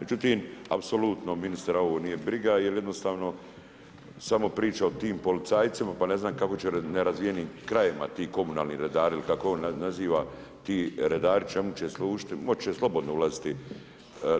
Međutim, apsolutno ministra ovo nije briga jer jednostavno samo priča o tim policajcima pa ne znam kako će u nerazvijenim krajevima ti komunalni redari ili kako ih naziva, ti redari čemu će služiti, moći će slobodno ulaziti,